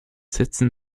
setzten